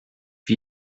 wie